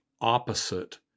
opposite